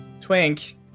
Twink